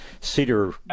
cedar